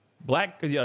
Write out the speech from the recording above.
black